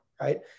right